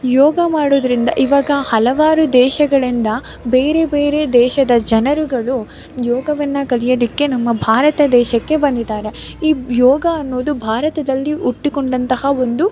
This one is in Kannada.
ಯೋಗ ಮಾಡುವುದರಿಂದ ಈವಾಗ ಹಲವಾರು ದೇಶಗಳಿಂದ ಬೇರೆ ಬೇರೆ ದೇಶದ ಜನರುಗಳು ಯೋಗವನ್ನು ಕಲಿಯೋದಕ್ಕೆ ನಮ್ಮ ಭಾರತ ದೇಶಕ್ಕೆ ಬಂದಿದ್ದಾರೆ ಈ ಯೋಗ ಅನ್ನೋದು ಭಾರತದಲ್ಲಿ ಹುಟ್ಟುಕೊಂಡಂತಹ ಒಂದು